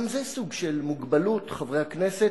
וגם זה סוג של מוגבלות, חברי הכנסת,